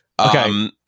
Okay